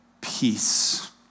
peace